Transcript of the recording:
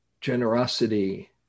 generosity